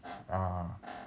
uh